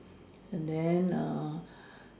and then err